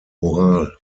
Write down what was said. moral